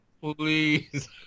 Please